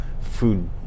food